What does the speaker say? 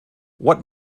what